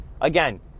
Again